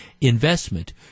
investment